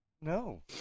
No